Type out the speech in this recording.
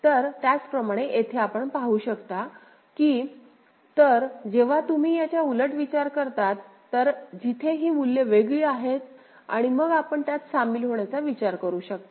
तर त्याचप्रमाणे येथे आपण पाहू शकता कि तर जेव्हा तुम्ही याच्या उलट विचार करतात तर जिथे ही मूल्ये वेगळी आहेत आणि मग आपण त्यात सामील होण्याचा विचार करू शकता